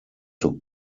took